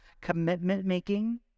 commitment-making